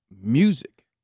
music